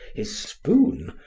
his spoon,